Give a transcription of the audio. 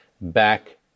back